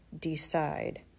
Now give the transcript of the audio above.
decide